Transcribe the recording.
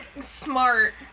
Smart